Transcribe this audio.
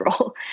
role